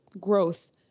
growth